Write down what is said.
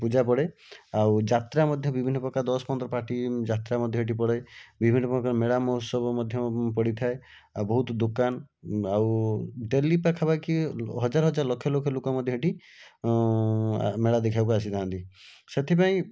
ପୂଜା ପଡ଼େ ଆଉ ଯାତ୍ରା ମଧ୍ୟ ବିଭିନ୍ନ ପ୍ରକାର ଦଶ ପନ୍ଦର ପାର୍ଟି ଯାତ୍ରା ମଧ୍ୟ ଏଠି ପଡ଼େ ବିଭିନ୍ନ ପ୍ରକାର ମେଳା ମହୋତ୍ସବ ପଡ଼ିଥାଏ ଆଉ ବହୁତ ଦୋକାନ ଆଉ ଡେଲି ପାଖାପାଖି ହଜାର ହଜାର ଲୋକ ଲକ୍ଷ ଲକ୍ଷ ଲୋକ ଏଠି ମେଳା ଦେଖିବାକୁ ଆସିଥାନ୍ତି ସେଥିପାଇଁ